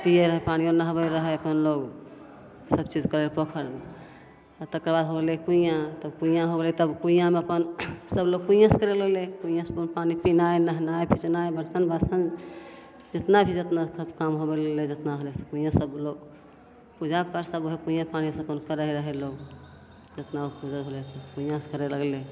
पिए रहै पानी ओ नहबै रहै अपन लोक सबचीज करै पोखरिमे आओर तकर बाद हो गेलै कुइआँ तब कुइआँ होइ गेलै तब कुइआँमे अपन सभलोक कुइएँसे करै लगलै कुइआँसे पानी पिनाइ नहेनाइ खिचनाइ बरतन बासन जतना भी जतना काम होबै लगलै जतना होलै से कुइएँ सभलोक पूजापाठ सब कुइएँके पानीसे करै रहै लोक जतना पूजा होलै से कुइएँसे करै लगलै